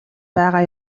байгаа